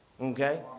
Okay